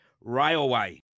railway